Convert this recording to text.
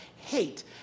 hate